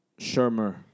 Shermer